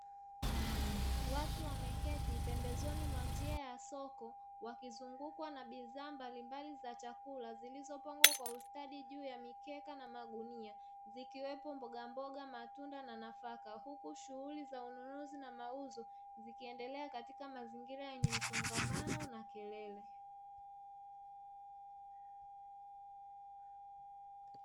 Watu wameketi pembezoni mwa njia ya soko, wakizungukwa na bidhaa mbalimbali za chakula, zilizopangwa kwa ustadi juu ya mikeka na magunia, zikiwepo mbogamboga, matunda na nafaka, huku shughuli za ununuzi na mauzo zikiendelea katika mazingira yenye msongamano na kelele.